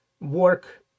work